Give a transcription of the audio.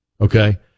Okay